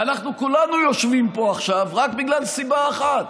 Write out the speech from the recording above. ואנחנו כולנו יושבים פה עכשיו רק בגלל סיבה אחת,